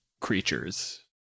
creatures